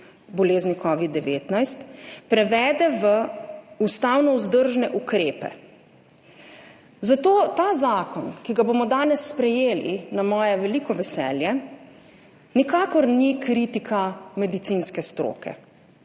bolezni covid-19, prevede v ustavno vzdržne ukrepe. Zato ta zakon, ki ga bomo danes sprejeli, na moje veliko veselje, nikakor ni kritika medicinske stroke,